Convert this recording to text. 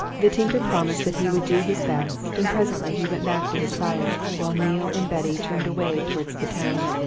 the tinker promised that he would do his best, and presently he went back to his fire, while neale and betty turned away towards the town.